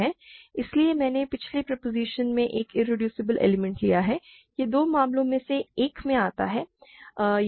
इसलिए मैंने पिछले प्रोपोज़िशन से एक इरेड्यूसबल एलिमेंट लिया है यह दो मामलों में से एक में आता है